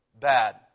bad